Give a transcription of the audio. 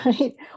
right